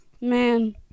Man